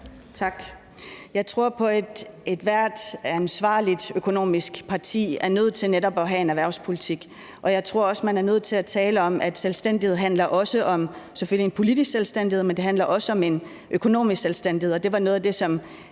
Tak. Jeg tror på, at ethvert økonomisk ansvarligt parti er nødt til netop at have en erhvervspolitik, og jeg tror også, man er nødt til at tale om, at selvstændighed selvfølgelig handler om politisk selvstændighed, men det handler også om økonomisk selvstændighed. Og det er noget af det, som